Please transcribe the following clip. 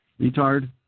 Retard